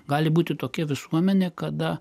gali būti tokia visuomenė kada